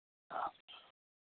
हँ